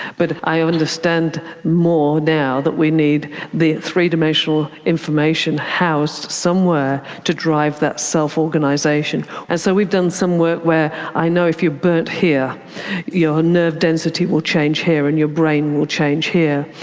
but i understand more now that we need the three-dimensional information housed somewhere to drive that self-organisation. and so we've done some work where i know if you're burned but here your nerve density will change here and your brain will change here.